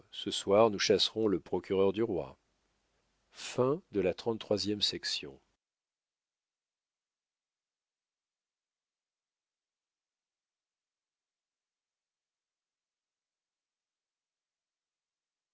ce soir nous chasserons le procureur du roi